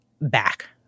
back